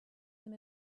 him